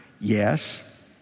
Yes